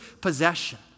possession